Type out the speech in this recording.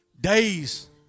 days